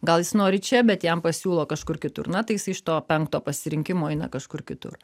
gal jis nori čia bet jam pasiūlo kažkur kitur na tai jis iš to penkto pasirinkimo eina kažkur kitur